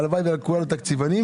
הלוואי וכולם היו תקציבנים כמוהו.